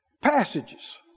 Passages